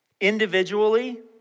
Individually